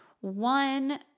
one